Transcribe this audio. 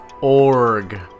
org